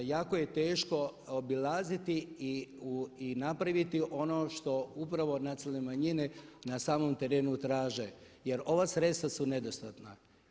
Jako je teško obilaziti i napraviti ono što upravo nacionalne manjine na samom terenu traže jer ova sredstva su nedostatna.